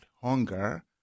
hunger